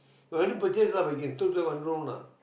already purchase lah but you can still rent one room lah